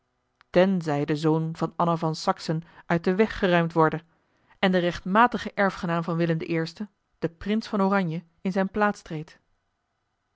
tenzij de zoon van anna van saxen uit den weg geruimd worde en de rechtmatige erfgenaam van willem i de prins van oranje in zijne plaats treedt